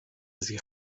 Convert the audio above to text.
sich